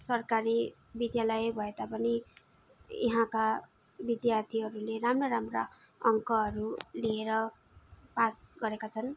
सरकारी विद्यालय भए तापनि यहाँका विद्यार्थीहरूले राम्रा राम्रा अङ्कहरू लिएर पास गरेका छन्